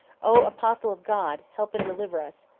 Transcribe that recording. o apostle of god, help and deliver us!